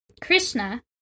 Krishna